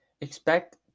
expect